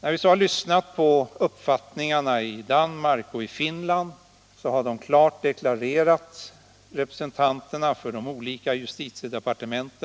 När vi har lyssnat på uppfattningarna i Danmark och Finland har vi funnit att representanterna för de ländernas justitiedepartement